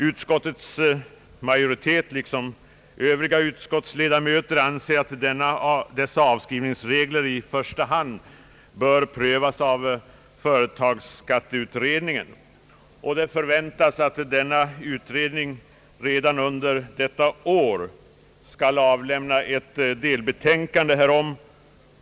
Utskottets majoritet liksom övriga utskottsledamöter anser, att dessa avskrivningsregler i första hand bör prövas av företagsskatteutredningen, och det förväntas att denna utredning redan under detta år skall avlämna ett delbetänkande härom.